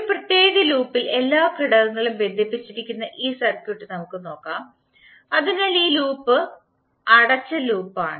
ഒരു പ്രത്യേക ലൂപ്പിൽ എല്ലാ ഘടകങ്ങളും ബന്ധിപ്പിച്ചിരിക്കുന്ന ഈ സർക്യൂട്ട് നമുക്ക് നോക്കാം അതിനാൽ ഈ ലൂപ്പ് അടച്ച ലൂപ്പാണ്